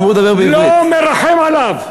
לא מרחם עליו.